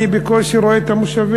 אני בקושי רואה את המושבים,